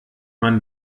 man